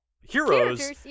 heroes